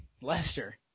Lester